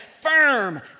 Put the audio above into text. firm